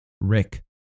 Rick